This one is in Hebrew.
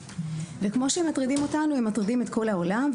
כמו שהם מטרידים אותנו הם מטרידים את כל העולם,